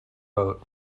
boat